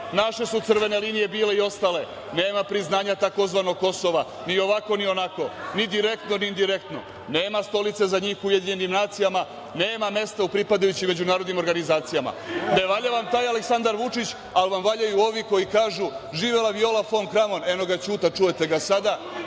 Naše su crvene linije bile i ostale. Nema priznanja tzv. Kosova ni ovako, ni onako, ni direktno, ni indirektno. Nema stolice za njih u UN, nema mesta u pripadajućim međunarodnim organizacijama.15/1 MZ/MĆ 12.30 - 12.40Ne valja vam taj Aleksandar Vučić, ali vam valjaju ovi koji kažu – živela Viola fon Kramon, eno ga Ćuta, čujete ga sada